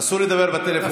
אסור לדבר בטלפון.